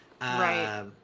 Right